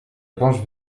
planche